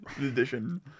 edition